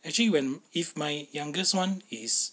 actually when if my youngest one is